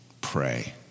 pray